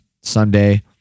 Sunday